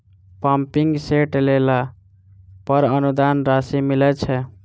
Pumping set लेला पर अनुदान राशि मिलय छैय?